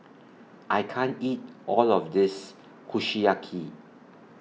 I can't eat All of This Kushiyaki